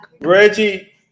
Reggie